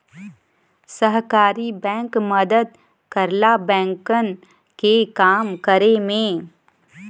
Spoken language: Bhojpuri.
सहकारी बैंक मदद करला बैंकन के काम करे में